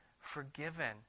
forgiven